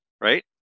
Right